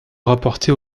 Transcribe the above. rapporté